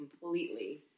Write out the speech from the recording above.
completely